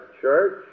Church